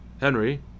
Henry